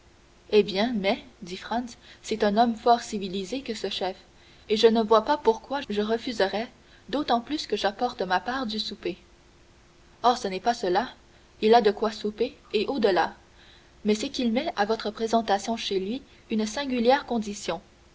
eh bien mais dit franz c'est un homme fort civilisé que ce chef et je ne vois pas pourquoi je refuserais d'autant plus que j'apporte ma part du souper oh ce n'est pas cela il a de quoi souper et au-delà mais c'est qu'il met à votre présentation chez lui une singulière condition